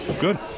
Good